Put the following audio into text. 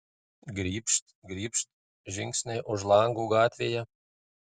gribšt gribšt žingsniai už lango gatvėje